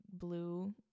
blue